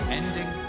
ending